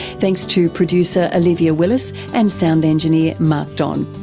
thanks to producer olivia willis, and sound engineer mark don.